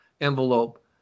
envelope